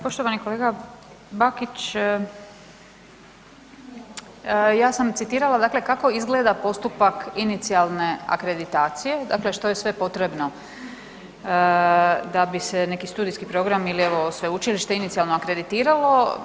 Poštovani kolega Bakić, ja sam citirala dakle kako izgleda postupak inicijalne akreditacije, dakle što je sve potrebno da bi se neki studijski program ili evo, sveučilište, inicijalno akreditiralo.